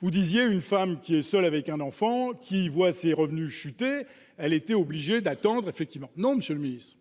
vous disiez une femme qui est seule avec un enfant qui voit ses revenus chuter elle étaient obligés d'attendre effectivement non, monsieur le Ministre,